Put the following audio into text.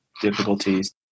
difficulties